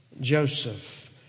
Joseph